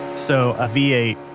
so a v eight.